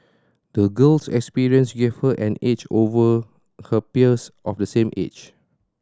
the girl's experience gave her an edge over her peers of the same age